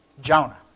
Jonah